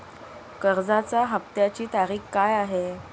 कर्जाचा हफ्त्याची तारीख काय आहे?